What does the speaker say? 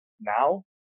now